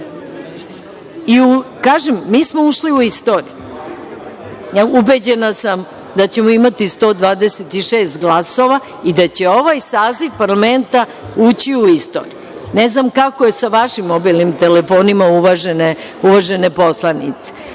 toga. Kažem, mi smo ušli u istoriju. Ubeđena sam da ćemo imati 126 glasova i da će ovaj saziv parlamenta ući u istoriju. Ne znam kako je sa vašim mobilnim telefonima, uvažene poslanice,